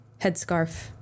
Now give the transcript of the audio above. headscarf